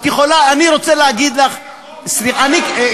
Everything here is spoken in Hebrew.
אני רוצה להגיד לך, קראת את החוק?